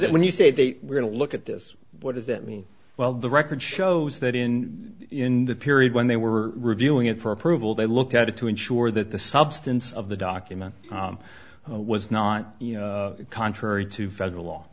it when you say they were going to look at this what does it mean well the record shows that in in the period when they were reviewing it for approval they looked at it to ensure that the substance of the document was not contrary to federal law